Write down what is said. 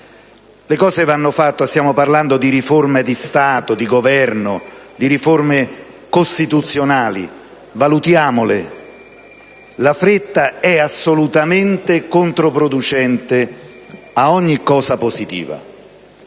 errore grossolano. Stiamo parlando di riforme di Stato e di Governo, di riforme costituzionali: valutiamole, la fretta è assolutamente controproducente rispetto ad ogni cosa positiva.